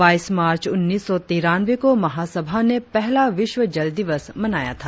बाईस मार्च उन्नीस सौ तीरानवें को महासभा ने पहला विश्व जल दिवस मनाया था